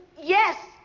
yes